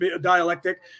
dialectic